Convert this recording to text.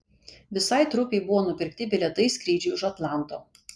visai trupei buvo nupirkti bilietai skrydžiui už atlanto